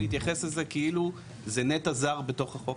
מבקשים להתייחס לזה כאילו זה נטע זר בתוך החוק.